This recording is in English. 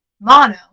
mono